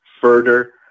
further